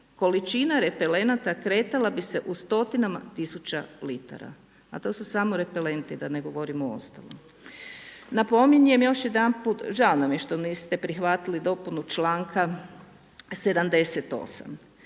Količina repelenata kretala bi se u stotinama tisuća litara a to su samo repelenti, da ne govorimo o ostalom. Napominjem još jedanput, žao nam je što niste prihvatili dopunu članka 78.